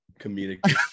comedic